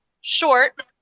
short